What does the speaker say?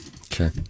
Okay